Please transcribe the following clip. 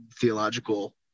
theological